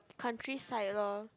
countryside loh